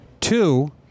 Two